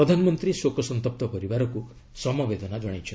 ପ୍ରଧାନମନ୍ତ୍ରୀ ଶୋକସନ୍ତପ୍ତ ପରିବାରକୁ ସମବେଦନା ଜଣାଇଛନ୍ତି